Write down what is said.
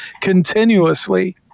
continuously